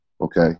Okay